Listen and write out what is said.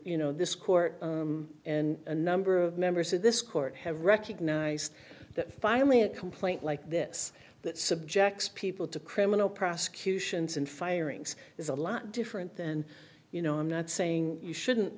you know this court and a number of members of this court have recognized that finally a complaint like this that subjects people to criminal prosecutions and firings is a lot different then you know i'm not saying you shouldn't